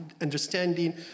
understanding